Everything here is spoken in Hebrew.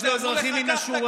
יש לו אזרחים מו השורה,